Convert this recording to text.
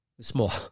Small